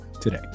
today